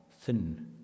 thin